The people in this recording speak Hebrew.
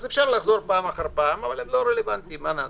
אבל הם לא רלוונטיים.